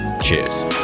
cheers